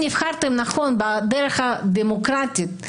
נבחרתם בדרך דמוקרטית,